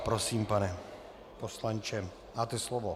Prosím, pane poslanče, máte slovo.